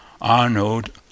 Arnold